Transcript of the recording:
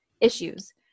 issues